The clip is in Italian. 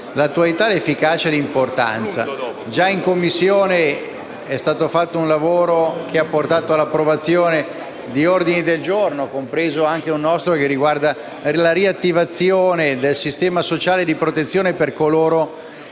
l'attualità, l'efficacia e l'importanza. Già in Commissione è stato svolto un lavoro che ha portato all'approvazione di ordini del giorno, compreso anche uno nostro che riguarda la riattivazione del sistema sociale di protezione per coloro